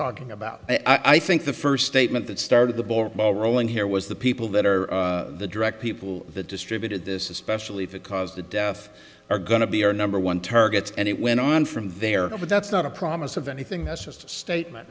talking about i think the first statement that started the ball rolling here was the people that are the direct people that distributed this especially if it caused the death are going to be our number one targets and it went on from there but that's not a promise of anything that's just a statement